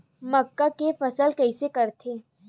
मक्का के फसल कइसे करथे?